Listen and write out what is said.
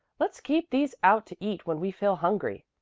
let's keep these out to eat when we feel hungry.